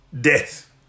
death